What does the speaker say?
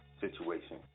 situation